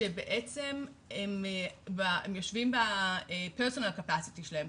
שבעצם הם יושבים ב-personal capacity שלהם,